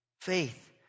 Faith